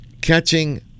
catching